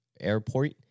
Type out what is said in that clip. airport